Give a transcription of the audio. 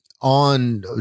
on